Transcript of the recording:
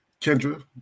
Kendra